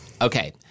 Okay